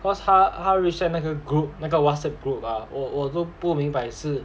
cause 他她 rage 在那个 group 那个 Whatsapp group ah 我我都不明白是